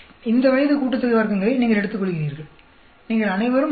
இந்த வயது கூட்டுத்தொகை வர்க்கங்களை நீங்கள் எடுத்துக்கொள்கிறீர்கள் நீங்கள் அனைவரும் அறிவீர்கள்